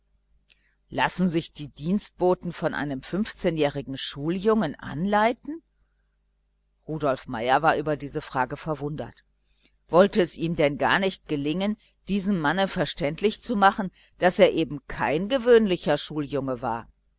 lassen sich die dienstboten von einem fünfzehnjährigen schuljungen anleiten rudolf meier war über diese frage verwundert wollte es ihm denn gar nicht gelingen diesem manne verständlich zu machen daß er eben kein gewöhnlicher schuljunge war